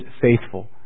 faithful